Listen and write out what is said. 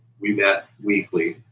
we met weekly,